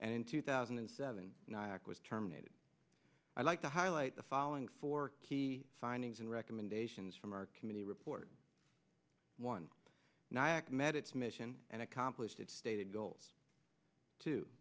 and in two thousand and seven was terminated i'd like to highlight the following four key findings and recommendations from our committee report one nyack met its mission and accomplished its stated goals to